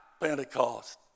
Pentecost